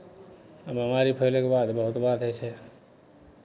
बेमारी फैलयके बाद बहुत बात होइ छै